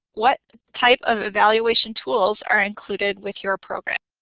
what type of evaluation tools are included with your programs?